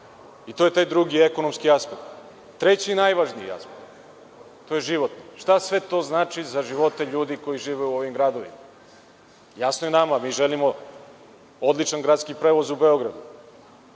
To je taj drugi, ekonomski aspekt. Treći i najvažniji aspekt, to je život. Šta sve to znači za živote ljudi koji žive u ovim gradovima? Jasno je nama, mi želimo odličan gradski prevoz u Beogradu,